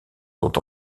sont